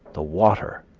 the water,